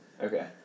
Okay